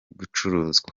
gucuruzwa